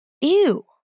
ew